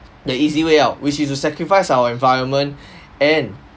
the easy way out which is to sacrifice our environment and